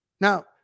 Now